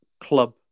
club